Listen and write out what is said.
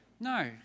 no